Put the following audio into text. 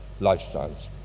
lifestyles